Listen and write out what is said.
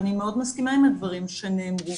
אני מאוד מסכימה עם הדברים שנאמרו,